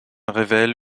révèle